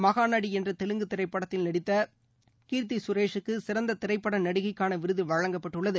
மகாநடி என்ற தெலுங்கு திரைப்படத்தில் நடித்த கீர்த்தி கரேஷூக்கு சிறந்த திரைப்பட நடிகைக்கான விருது வழங்கப்பட்டுள்ளது